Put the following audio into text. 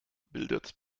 bildet